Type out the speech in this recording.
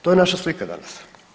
To je naša slika danas.